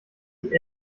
die